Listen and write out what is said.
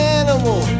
animal